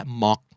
mock